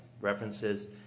references